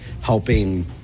helping